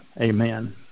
Amen